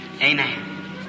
amen